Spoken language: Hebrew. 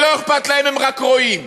זה לא אכפת להם, הם רק רואים.